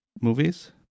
movies